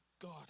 God